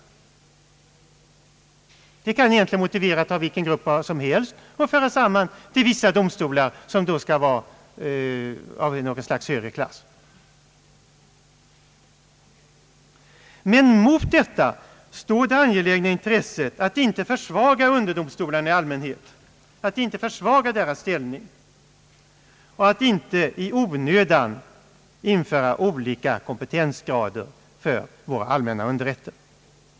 Det skälet kunde gälla nästan vilken grupp mål som helst som man önskar föra samman till vissa domstolar, som då skulle vara något slags överklass bland underdomstolarna. Men mot detta står det angelägna intresset att inte försvaga ställningen för underdomstolarna i allmänhet och att inte i onödan införa olika kompetensgrader för våra allmänna underrätter.